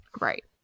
Right